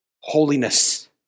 holiness